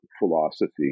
philosophy